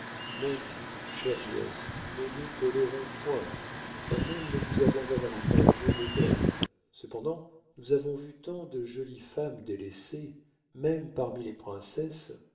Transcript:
mon dieu chère nièce ne nous colérons point un homme ne vous abandonnera pas jeune et belle cependant nous avons vu tant de jolies femmes délaissées même parmi les princesses